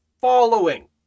following